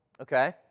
Okay